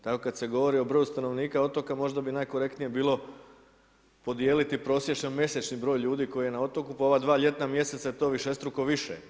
Tako kada se govori o broju stanovnika otoka, možda bi najkorektnije bilo podijeliti prosječno mjesečni broj ljudi koji je na otoku ova dva ljetna mjeseca to je višestruko više.